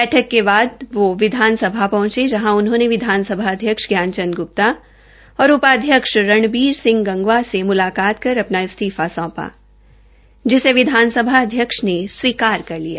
बैठक के बाद वो विधानसभा पहचं जहां उनहोंने विधानसभा अध्यक्ष ज्ञान चंद गृप्ता और उपाध्यक्ष रणवीर सिंह गंगवा से मुलाकात कर अपना इस्तीफा सौंपा जिसे विधानसभा अध्यक्ष ने स्वीकार कर लिया